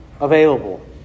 available